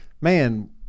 Man